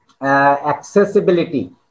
accessibility